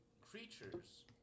creatures